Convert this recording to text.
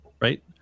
Right